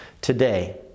today